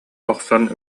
охсон